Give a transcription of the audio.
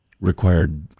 required